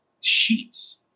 sheets